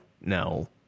no